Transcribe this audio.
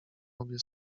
obie